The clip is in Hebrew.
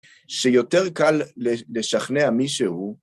שיותר קל לשכנע מישהו.